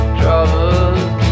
drivers